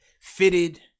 fitted